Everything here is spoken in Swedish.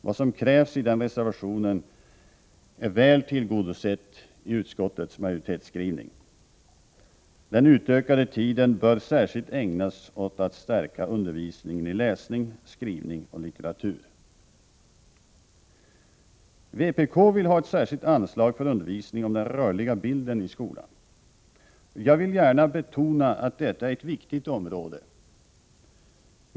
Vad som krävs i den reservationen är väl tillgodosett i utskottets majoritetsskrivning. Den utökade tiden bör särskilt ägnas åt att stärka undervisningen i läsning, skrivning och litteratur. Vpk vill ha ett särskilt anslag för undervisning om den rörliga bilden i skolan. Jag vill gärna betona att detta är ett viktigt område.